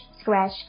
scratch